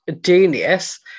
genius